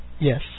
Yes